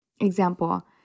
example